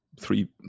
three